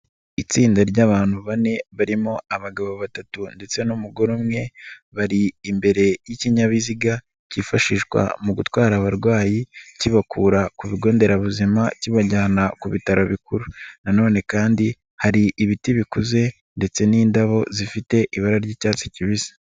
Itsinda ry'abantu bane barimo abagabo batatu ndetse n'umugore umwe bari imbere y'ikinyabiziga kifashishwa mu gutwara abarwayi kibakura ku bigo nderabuzima kibajyana ku bitaro bikuru nanone kandi hari ibiti bikuze ndetse n'indabo zifite ibara ry'icyatsi kibisi.